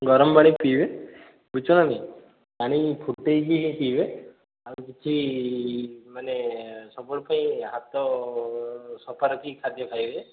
ଗରମ ପାଣି ପିଇବେ ବୁଝୁଛ ନା ନାଇଁ ପାଣି ଫୁଟେଇ କି ପିଇବେ ଆଉ କିଛି ମାନେ ସବୁବେଳ ପାଇଁ ହାତ ସଫା ରଖି ଖାଦ୍ୟ ଖାଇବେ